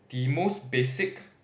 the most basic